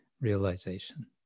realization